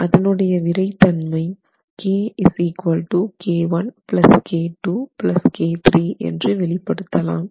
அதன் உடைய விறைத்தன்மை என்று வெளிப்படுத்தலாம்